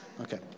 Okay